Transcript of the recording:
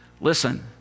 Listen